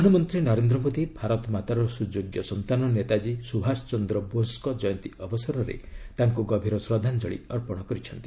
ପ୍ରଧାନମନ୍ତ୍ରୀ ନରେନ୍ଦ୍ର ମୋଦି ଭାରତମାତାର ସୁଯୋଗ୍ୟ ସନ୍ତାନ ନେତାଜୀ ସୁଭାଷ ଚନ୍ଦ୍ର ବୋଷ୍ଙ୍କ ଜୟନ୍ତୀ ଅବସରରେ ତାଙ୍କୁ ଗଭୀର ଶ୍ରଦ୍ଧାଞ୍ଜଳି ଅର୍ପଣ କରିଛନ୍ତି